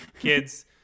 kids